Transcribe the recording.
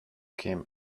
came